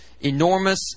enormous